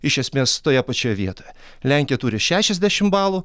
iš esmės toje pačioje vietoje lenkija turi šešiasdešimt balų